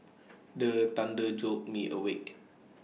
the thunder jolt me awake